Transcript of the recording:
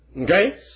Okay